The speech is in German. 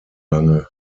lange